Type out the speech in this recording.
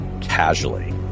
casually